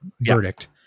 verdict